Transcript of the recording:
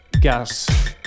Gas